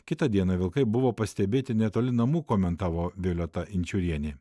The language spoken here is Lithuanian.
kitą dieną vilkai buvo pastebėti netoli namų komentavo violeta inčiūrienė